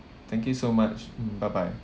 thank you so much bye bye